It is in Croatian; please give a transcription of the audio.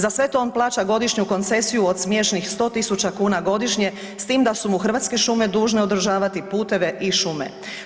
Za sve to on plaća godišnju koncesiju od smiješnih 100 000 kn godišnje s tim da su mu Hrvatske šume dužno održavati puteve i šume.